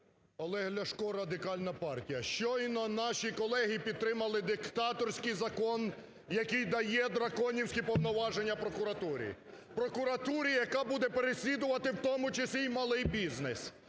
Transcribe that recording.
Олег Ляшко, Радикальна партія. Щойно наші колеги підтримали диктаторський закон, який дає драконівські повноваження прокуратурі, прокуратурі, яка буде переслідувати в тому числі і малий бізнес.